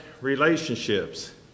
relationships